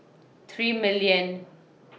three million